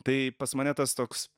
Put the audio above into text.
tai pas mane tas toks